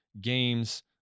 games